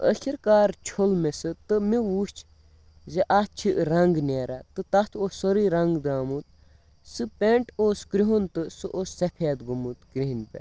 ٲخِر کار چھوٚل مےٚ سُہ تہٕ مےٚ وٕچھ زِ اَتھ چھِ رنٛگ نیران تہٕ تَتھ اوس سورُے رنٛگ درٛامُت سُہ پٮ۪نٛٹ اوس کِرٛہُن تہٕ سُہ اوس سفید گوٚمُت کِرٛہنۍ پٮ۪ٹھ